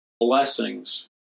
blessings